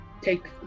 take